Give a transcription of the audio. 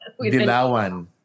Dilawan